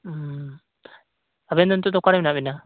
ᱦᱩᱸ ᱟᱵᱮᱱ ᱫᱚ ᱱᱤᱛᱳᱜ ᱫᱚ ᱚᱠᱟᱨᱮ ᱢᱮᱱᱟᱜ ᱵᱮᱱᱟ